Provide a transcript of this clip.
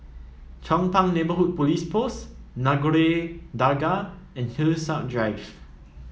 Chong Pang Neighbourhood Police Post Nagore Dargah and Hillside Drive